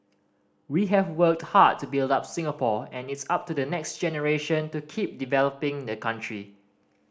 we have worked hard to build up Singapore and it's up to the next generation to keep developing the country